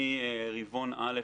מרבעון א'